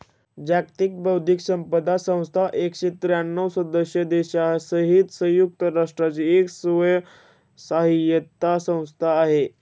जागतिक बौद्धिक संपदा संस्था एकशे त्र्यांणव सदस्य देशांसहित संयुक्त राष्ट्रांची एक स्वयंअर्थसहाय्यित संस्था आहे